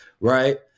Right